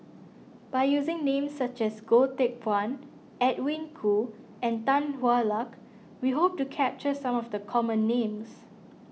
by using names such as Goh Teck Phuan Edwin Koo and Tan Hwa Luck we hope to capture some of the common names